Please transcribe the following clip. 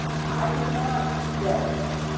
i did not sense